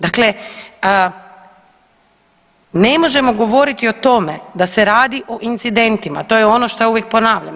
Dakle, ne možemo govoriti o tome da se radi o incidentima, to je ono što ja uvijek ponavljam.